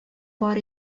бар